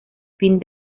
fin